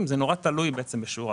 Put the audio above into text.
וזה תלוי בשיעור ההחזקה.